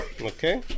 Okay